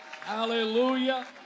Hallelujah